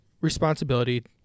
responsibility